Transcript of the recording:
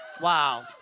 Wow